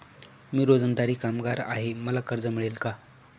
मी रोजंदारी कामगार आहे मला कर्ज मिळेल का?